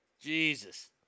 Jesus